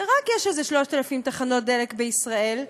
כשיש רק איזה 3,000 תחנות דלק בישראל,